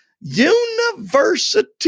university